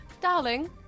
Darling